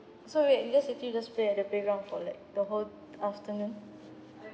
so wait you just simply just play at the playground for like the whole afternoon